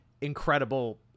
incredible